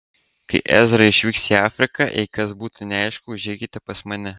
kai ezra išvyks į afriką jei kas būtų neaišku užeikite pas mane